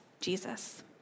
Jesus